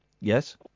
Yes